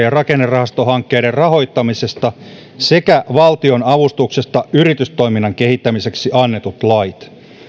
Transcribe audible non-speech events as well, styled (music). (unintelligible) ja rakennerahastohankkeiden rahoittamisesta sekä valtionavustuksesta yritystoiminnan kehittämiseksi annetut lait